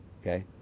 Okay